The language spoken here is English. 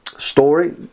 story